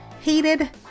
heated